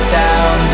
down